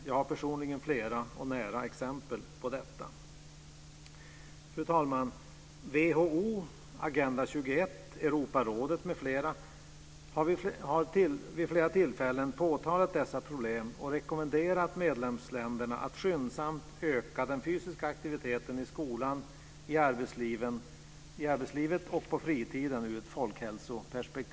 Jag har personligen flera och nära exempel på detta. Fru talman! WHO, Agenda 21, Europarådet m.fl. har vid flera tillfällen påtalat dessa problem och rekommenderat medlemsländerna att ur ett folkhälsoperspektiv skyndsamt öka den fysiska aktiviteten i skolan, i arbetslivet och på fritiden.